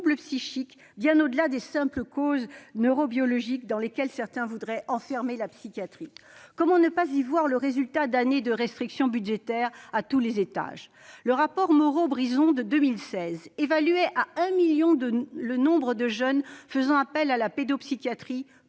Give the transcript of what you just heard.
psychiques, bien au-delà des simples causes neurobiologiques dans lesquelles certains voudraient enfermer la psychiatrie. Comment ne pas y voir le résultat d'années de restrictions budgétaires à tous les étages ? Dans leur rapport de 2016, Marie-Rose Moro et Jean-Louis Brison évaluaient à un million le nombre de jeunes faisant appel à la pédopsychiatrie,